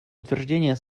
утверждения